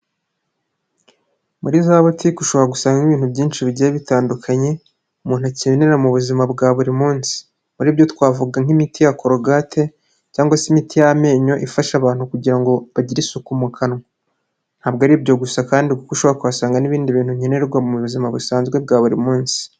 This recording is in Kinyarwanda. Muri zabutike ushobora gusangamo ibintu byinshi bigiye bitandukanye umuntu akenera mu buzima bwa buri munsi. Muri byo twavuga nk'imiti ya korogate cyangwa se imiti y'amenyo ifasha abantu kugira ngo bagire isuku mu kanwa. Ntabwo ari ibyo gusa kandi kuko ushobora kuhasanga n'ibindi bintu nkenerwa mu buzima busanzwe bwa buri munsi.